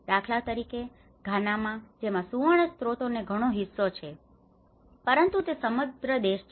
દાખલા તરીકે ઘાનામાં જેમાં સુવર્ણ સ્ત્રોતોનો ઘણો હિસ્સો છે પરંતુ તે સમૃદ્ધ દેશ છે